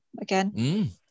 again